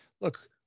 look